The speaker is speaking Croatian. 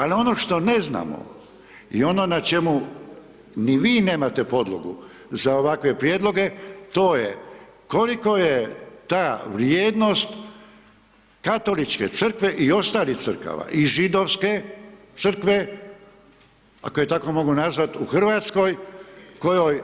Ali ono što ne znamo i ono na čemu ni vi nemate podlogu za ovakve prijedloge, to je koliko je ta vrijednost Katoličke crkve i ostalih crkava i Židovske crkve, ako je tako mogu nazvat, u RH kojoj